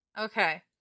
Okay